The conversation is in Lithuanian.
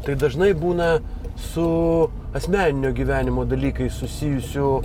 tai dažnai būna su asmeninio gyvenimo dalykais susijusių